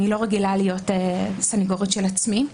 אני לא רגילה להיות סניגורית של עצמי.